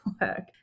work